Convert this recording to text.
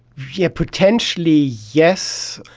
yeah potentially yes.